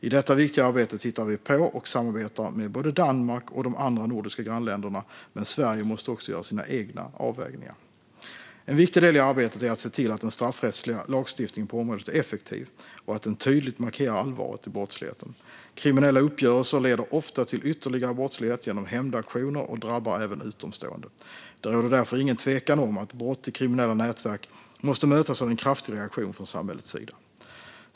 I detta viktiga arbete tittar vi på och samarbetar med både Danmark och de andra nordiska grannländerna, men Sverige måste också göra sina egna avvägningar. En viktig del i arbetet är att se till att den straffrättsliga lagstiftningen på området är effektiv och att den tydligt markerar allvaret i brottsligheten. Kriminella uppgörelser leder ofta till ytterligare brottslighet genom hämndaktioner och drabbar även utomstående. Det råder därför ingen tvekan om att brott i kriminella nätverk måste mötas av en kraftig reaktion från samhällets sida.